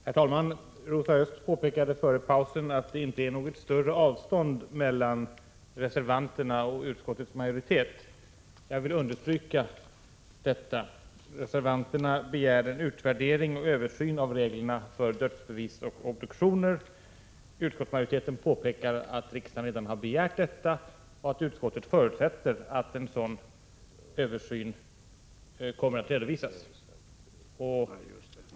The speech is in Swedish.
Herr talman! Rosa Östh påpekade före pausen att det inte är något större avstånd mellan reservanterna och utskottets majoritet. Jag vill understryka detta. Reservanterna begär en utvärdering och översyn av reglerna för dödsbevis och obduktioner. Utskottsmajoriteten påpekar att riksdagen redan har begärt detta och att utskottet förutsätter att en sådan översyn kommer att redovisas.